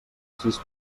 sis